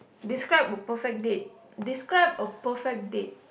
describe a perfect date describe a perfect date